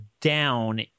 down